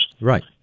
Right